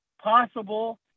possible